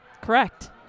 Correct